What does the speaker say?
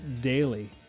daily